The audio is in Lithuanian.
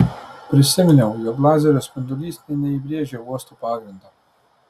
prisiminiau jog lazerio spindulys nė neįbrėžė uosto pagrindo